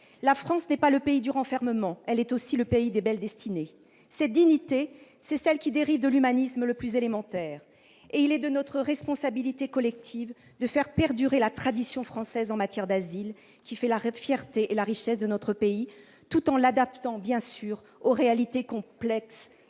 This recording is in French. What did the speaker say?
La France n'est pas le pays du renfermement, elle est le pays des belles destinées. Cette dignité découle de l'humanisme le plus élémentaire, et il est de notre responsabilité collective de faire perdurer la tradition française en matière d'asile, qui fait la fierté et la richesse de notre pays, tout en l'adaptant bien sûr aux réalités contemporaines